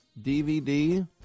DVD